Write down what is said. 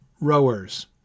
rowers